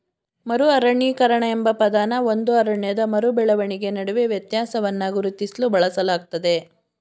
ಮರು ಅರಣ್ಯೀಕರಣ ಎಂಬ ಪದನ ಒಂದು ಅರಣ್ಯದ ಮರು ಬೆಳವಣಿಗೆ ನಡುವೆ ವ್ಯತ್ಯಾಸವನ್ನ ಗುರುತಿಸ್ಲು ಬಳಸಲಾಗ್ತದೆ